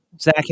Zach